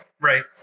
Right